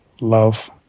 love